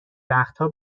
وقتها